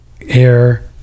air